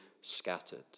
scattered